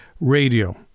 radio